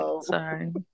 Sorry